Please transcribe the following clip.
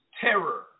terror